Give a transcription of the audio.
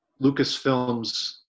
Lucasfilms